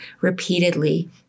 repeatedly